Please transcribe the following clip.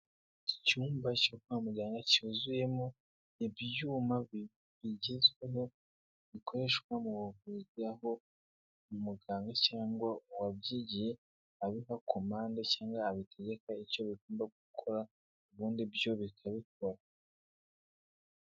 Icyumba cyo kwamuganga cyuzuyemo ibyuma bigezweho, bikoreshwa mu buvuzi, aho muganga cyangwa uwabyigiye, abiha komande cyangwa abitegeka icyo bigomba gukora, ubundi byo bikabikora.